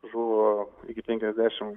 žuvo iki penkiasdešim